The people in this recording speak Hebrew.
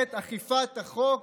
מערכת אכיפת החוק